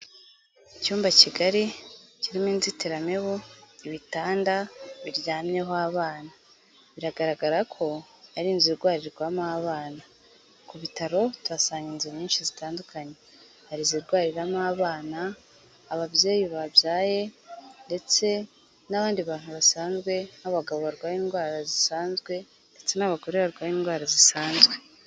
Icyumba kigali kirimo inzitiramibu, ibitanda biryamyeho abana, biragaragara ko ari inzu irwarirwamo abana. ku bitaro tuhasanga inzu nyinshi zitandukanye; hari Izirwariramo abana, ababyeyi babyaye, ndetse n'abandi bantu basanzwe nk'abagabo barwaye indwara zisanzwe, ndetse n'abagore barwaye indwara zisanzwe.